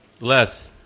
Less